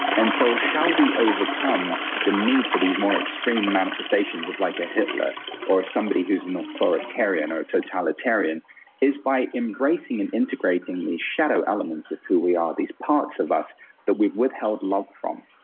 and so, how we overcome the need for these more extreme manifestations of like a hitler or somebody who's an authoritarian or a totalitarian is by embracing and integrating these shadow elements of who we are, these parts of us that we've withheld love from,